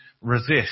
resist